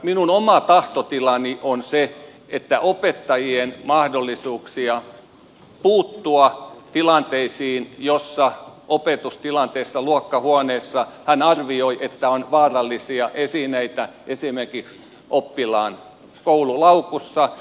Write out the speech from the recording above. minun oma tahtotilani on se että opettajalla tulee olla mahdollisuus puuttua tilanteeseen jos opetustilanteessa luokkahuoneessa hän arvioi että esimerkiksi oppilaan koululaukussa on vaarallisia esineitä